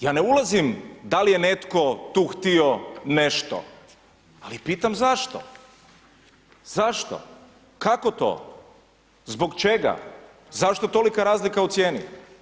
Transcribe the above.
Ja ne ulazim dal je netko tu htio nešto, ali pitam zašto, zašto, kako to, zbog čega, zašto tolika razlika u cijeni?